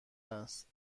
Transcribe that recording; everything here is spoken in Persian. است